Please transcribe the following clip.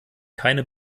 keine